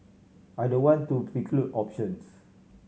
I don't want to preclude options